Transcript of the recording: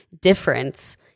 difference